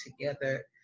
together